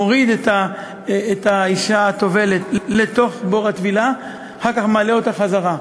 מוריד את האישה הטובלת לתוך בור הטבילה ואחר כך מעלה אותה חזרה.